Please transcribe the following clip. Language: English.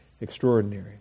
extraordinary